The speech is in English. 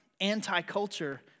anti-culture